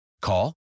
Call